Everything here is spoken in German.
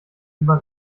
immer